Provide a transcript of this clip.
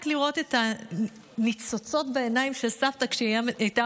רק לראות את הניצוצות בעיניים של סבתא כשהייתה